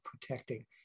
protecting